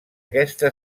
aquesta